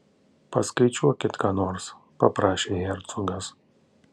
paskaičiuok ką nors paprašė hercogas